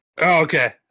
Okay